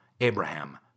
Abraham